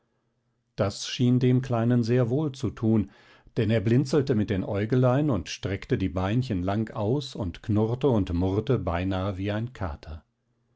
das schien dem kleinen sehr wohl zu tun denn er blinzelte mit den äugelein und streckte die beinchen lang aus und knurrte und murrte beinahe wie ein kater